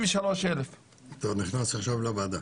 ושלוש אלף --- אתה נכנס עכשיו לוועדה.